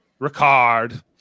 Ricard